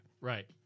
Right